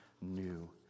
new